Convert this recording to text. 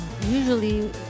Usually